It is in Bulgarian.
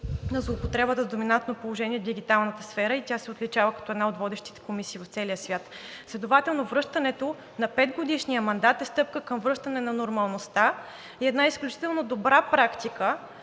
на злоупотребата с доминантно положение в дигиталната сфера, и тя се отличава като една от водещите комисии в целия свят. Следователно връщането на петгодишния мандат е стъпка към връщане на нормалността и една изключително добра практика,